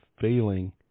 failing